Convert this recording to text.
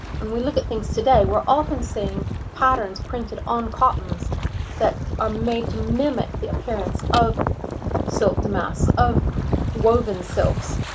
when we look at things today, we're often seeing patterns printed on cottons that are made to mimic the appearance of silk to mass, of the woven silks.